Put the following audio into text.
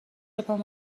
پام